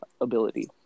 ability